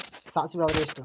ಸಾಸಿವೆಯ ಅವಧಿ ಎಷ್ಟು?